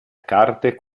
carte